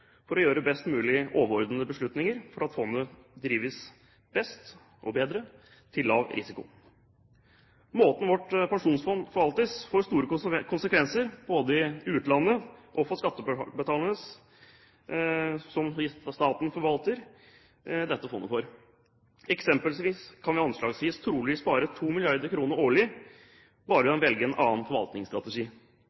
for å gjøre best mulig overordnede beslutninger for at fondet drives best – og bedre – til lav risiko. Måten vårt pensjonsfond forvaltes på, får store konsekvenser både i utlandet og for skattebetalerne, som staten forvalter dette fondet for. Eksempelvis kan vi anslagsvis trolig spare 2 mrd. kr årlig bare ved